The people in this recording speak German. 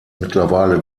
mittlerweile